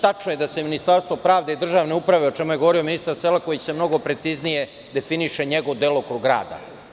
Tačno je da se u Ministarstvu pravde i državne uprave, o čemu je govorio ministar Selaković, mnogo preciznije definiše njegov delokrug rada.